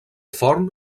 forn